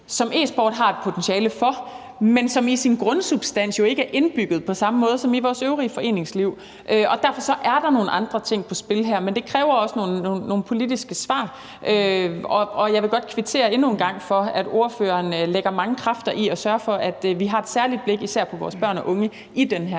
som e-sport har et potentiale for, men som i sin grundsubstans jo ikke er indbygget på samme måde som i vores øvrige foreningsliv. Derfor er der nogle andre ting på spil her, men det kræver også nogle politiske svar. Og jeg vil godt kvittere endnu en gang for, at ordføreren lægger mange kræfter i at sørge for, at vi har et særligt blik på især vores børn og unge i den her